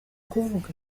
kuvuga